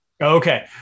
Okay